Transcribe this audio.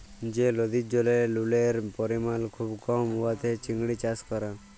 যে লদির জলে লুলের পরিমাল খুব কম উয়াতে চিংড়ি চাষ ক্যরা